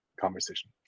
conversation